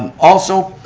um also,